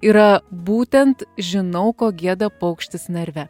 yra būtent žinau ko gieda paukštis narve